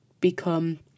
become